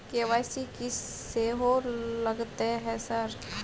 KYC की सेहो लगतै है सर?